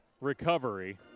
recovery